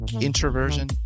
introversion